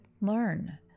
learn